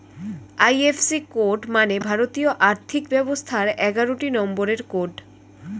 IFC code মানে ভারতীয় আর্থিক ব্যবস্থার এগারোটি নম্বরের কোড